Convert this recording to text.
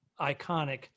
iconic